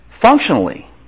functionally